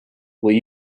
will